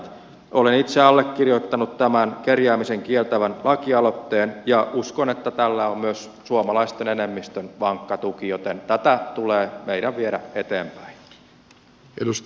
olen itse allekirjoittanut tämän kerjäämisen kieltävän lakialoitteen ja uskon että tällä on myös suomalaisten enemmistön vankka tuki joten tätä meidän tulee viedä eteenpäin